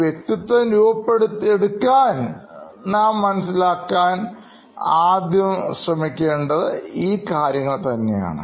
വ്യക്തിയെ മനസ്സിലാക്കാൻ നാം ആദ്യം ശ്രദ്ധിക്കേണ്ടത് ഈ കാര്യങ്ങൾ തന്നെയാണ്